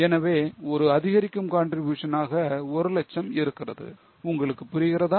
எனவே ஒரு அதிகரிக்கும் contribution ஆக 100000 இருக்கிறது உங்களுக்கு புரிகிறதா